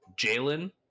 Jalen